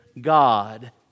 God